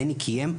בני קיים,